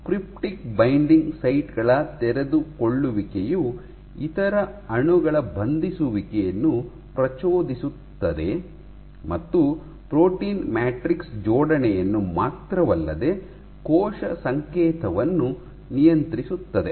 cryptic binding site ಗಳ ತೆರೆದುಕೊಳ್ಳುವಿಕೆಯು ಇತರ ಅಣುಗಳ ಬಂಧಿಸುವಿಕೆಯನ್ನು ಪ್ರಚೋದಿಸುತ್ತದೆ ಮತ್ತು ಪ್ರೋಟೀನ್ ಮ್ಯಾಟ್ರಿಕ್ಸ್ ಜೋಡಣೆಯನ್ನು ಮಾತ್ರವಲ್ಲದೆ ಕೋಶ ಸಂಕೇತವನ್ನು ನಿಯಂತ್ರಿಸುತ್ತದೆ